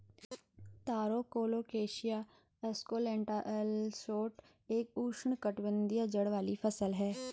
तारो colocasia esculenta L Schott एक उष्णकटिबंधीय जड़ वाली फसल है